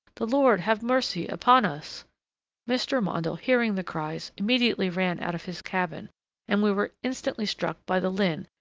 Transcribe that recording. the lord have mercy upon us mr. mondle hearing the cries, immediately ran out of his cabin and we were instantly struck by the lynne,